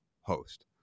host